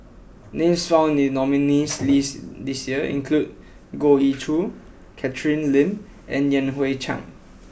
names found in nominees list this year include Goh Ee Choo Catherine Lim and Yan Hui Chang